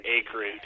acreage